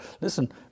listen